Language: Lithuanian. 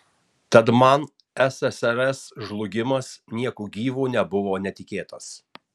tad man ssrs žlugimas nieku gyvu nebuvo netikėtas